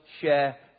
share